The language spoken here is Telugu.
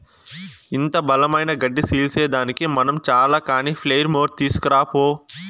ఇంత బలమైన గడ్డి సీల్సేదానికి మనం చాల కానీ ప్లెయిర్ మోర్ తీస్కరా పో